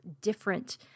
different